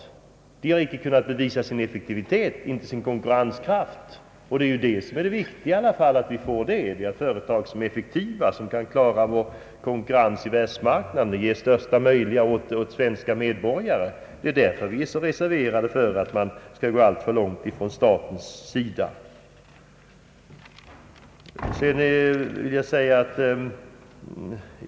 Statliga företag har inte kunnat bevisa sin effektivitet och konkurrenskraft, och det viktiga är ju att vi får företag som är effektiva, som kan klara sig i konkurrensen på världsmarknaden och som ger det mesta möjliga åter till de svenska medborgarna. Det är därför vi ställer oss så reserverade mot att man skall gå långt på den vägen.